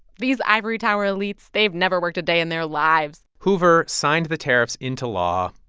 these ivory tower elites they've never worked a day in their lives hoover signed the tariffs into law,